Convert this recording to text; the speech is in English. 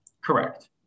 Correct